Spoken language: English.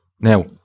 now